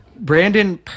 Brandon